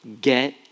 get